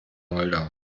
moldau